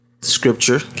Scripture